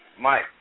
Mike